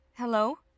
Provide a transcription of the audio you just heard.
Hello